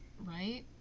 Right